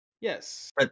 Yes